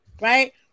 right